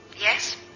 Yes